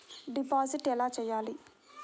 Deposit ఎలా చెయ్యాలి?